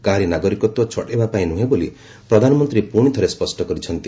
କାହାରି ନାଗରିକତ୍ୱ ଛଡ଼ାଇବା ପାଇଁ ନୁହେଁ ବୋଲି ପ୍ରଧାନମନ୍ତ୍ରୀ ପୁଣିଥରେ ସ୍ୱଷ୍ଟ କରିଛନ୍ତି